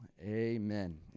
amen